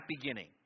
beginning